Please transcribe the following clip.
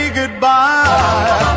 goodbye